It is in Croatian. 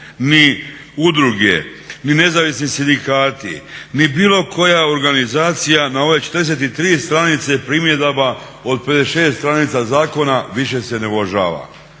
ni udruge, ni nezavisni sindikati ni bilo koja organizacija na ove 43 stranice primjedbi od 56 stranica zakona više se ne uvažava.